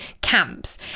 camps